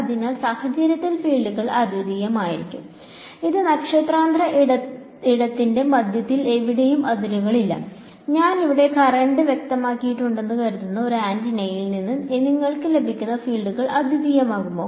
അതിനാൽ ഈ സാഹചര്യത്തിൽ ഫീൽഡുകൾ അദ്വിതീയമായിരിക്കും അത് നക്ഷത്രാന്തര ഇടത്തിന്റെ മധ്യത്തിൽ എവിടെയും അതിരുകളില്ല ഞാൻ ഇവിടെ കറന്റ് വ്യക്തമാക്കിയിട്ടുണ്ടെന്ന് കരുതുന്ന ഈ ആന്റിനയിൽ നിന്ന് നിങ്ങൾക്ക് ലഭിക്കുന്ന ഫീൽഡുകൾ അദ്വിതീയമാകുമോ